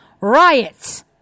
riots